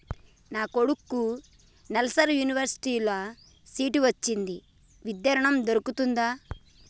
నా కొడుకుకి నల్సార్ యూనివర్సిటీ ల సీట్ వచ్చింది విద్య ఋణం దొర్కుతదా?